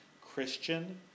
Christian